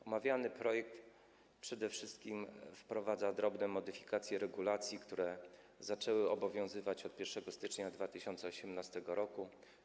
Omawiany projekt przede wszystkim wprowadza drobne modyfikacje regulacji, które zaczęły obowiązywać od 1 stycznia 2018 r.